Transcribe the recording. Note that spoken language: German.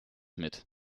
mit